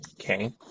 okay